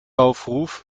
aufruf